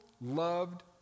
loved